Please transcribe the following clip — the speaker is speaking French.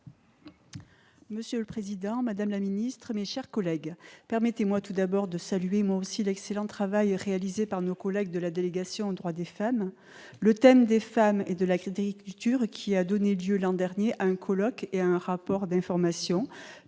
Monsieur le président, madame la secrétaire d'État, mes chers collègues, permettez-moi tout d'abord de saluer à mon tour l'excellent travail réalisé par nos collègues de la délégation aux droits des femmes. Le thème des femmes et de l'agriculture, qui a donné lieu l'an dernier à un colloque et à un rapport d'information,